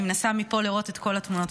אני מנסה לראות מפה את כל התמונות.